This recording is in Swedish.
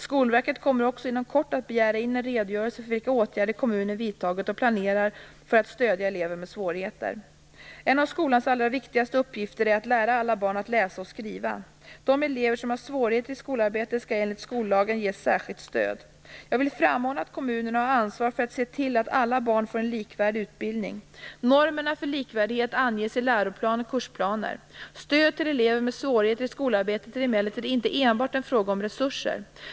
Skolverket kommer också inom kort att begära in en redogörelse för vilka åtgärder kommunen vidtagit och planerar för att stödja elever med svårigheter. En av skolans allra viktigaste uppgifter är att lära alla barn att läsa och skriva. De elever som har svårigheter i skolarbetet skall enligt skollagen ges särskilt stöd. Jag vill framhålla att kommunerna har ansvar för att se till att alla barn får en likvärdig utbildning. Normerna för likvärdighet anges i läroplan och kursplaner. Stöd till elever med svårigheter i skolarbetet är emellertid inte enbart en fråga om resurser.